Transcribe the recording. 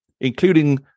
including